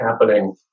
happening